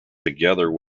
together